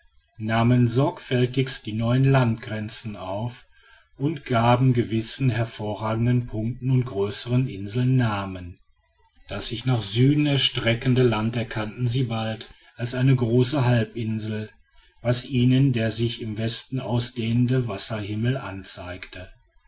nahmen sorgfältigst die neuen landgrenzen auf und gaben gewissen hervorragenden punkten und größeren inseln namen das sich nach süden erstreckende land erkannten sie bald als eine große halbinsel was ihnen der sich im westen ausdehnende wasserhimmel anzeigte